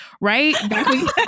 right